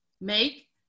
make